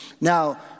Now